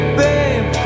babe